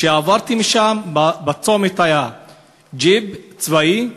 כשעברתי משם, בצומת היה ג'יפ צבאי,